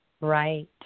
Right